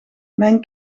mijn